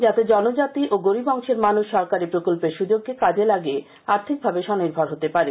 যাতে জনজাতি ও গরিব অংশের মানুষ সরকারী প্রকল্পের সুযোগকে কাজে লাগিয়ে আর্থিকভাবে স্বনির্ভর হতে পারে